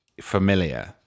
familiar